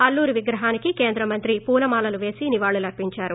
అల్లూరి విగ్రహానికి కేంద్రమంత్రి పూలమాలలు వేసి నివాళులర్పించారు